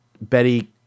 Betty